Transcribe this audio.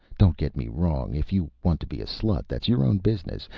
don't get me wrong. if you want to be a slut, that's your own business.